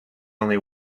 only